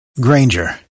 Granger